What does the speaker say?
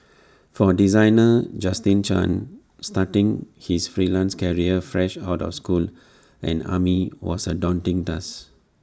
for designer Justin chan starting his freelance career fresh out of school and army was A daunting task